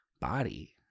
body